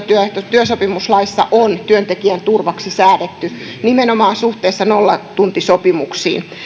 työsopimuslaissa on työntekijän turvaksi säädetty nimenomaan suhteessa nollatuntisopimuksiin